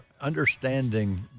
understanding